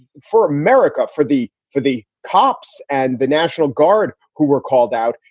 for america, for the for the cops and the national guard who were called out.